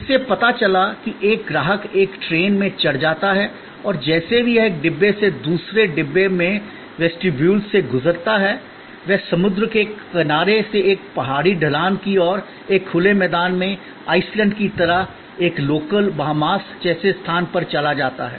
इससे पता चला कि एक ग्राहक एक ट्रेन में चढ़ जाता है और जैसे ही वह एक डिब्बे से दूसरे डिब्बे में वेस्टिब्यूल से गुजरता है वह समुद्र के किनारे से एक पहाड़ी ढलान की ओर एक खुले मैदान में आइसलैंड की तरह एक लोकल बहामास जैसे स्थान पर चला जाता है